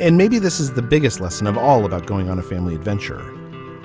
and maybe this is the biggest lesson of all about going on a family adventure